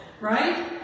right